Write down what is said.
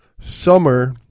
Summer